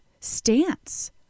stance